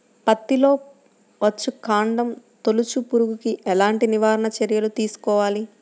పత్తిలో వచ్చుకాండం తొలుచు పురుగుకి ఎలాంటి నివారణ చర్యలు తీసుకోవాలి?